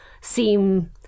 seem